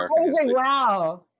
wow